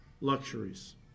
luxuries